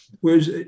whereas